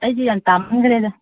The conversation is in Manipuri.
ꯑꯩꯁꯦ ꯌꯥꯝ ꯇꯥꯃꯟꯈ꯭ꯔꯦꯗ